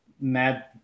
mad –